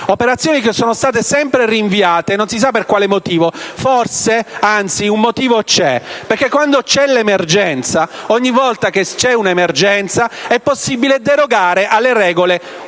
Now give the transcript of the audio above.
operazioni che sono state sempre rinviate, non si sa per quale motivo. Forse, anzi, un motivo c'è: ogni volta che c'è un'emergenza è possibile derogare alle regole ordinarie;